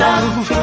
Love